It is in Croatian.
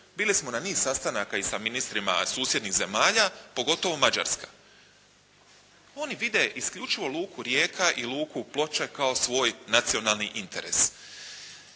Bili smo na niz sastanaka i sa ministrima susjednih zemalja, pogotovo Mađarska. Oni vide isključivo Luku Rijeka i Luku Ploče kao svoj nacionalni interes.